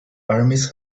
armies